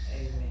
Amen